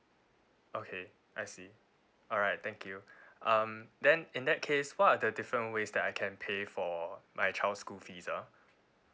okay I see alright thank you um then in that case what are the different ways that I can pay for my child school fees ah